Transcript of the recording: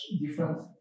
different